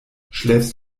schläfst